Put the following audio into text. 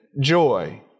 joy